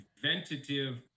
preventative